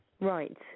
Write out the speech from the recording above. Right